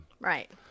Right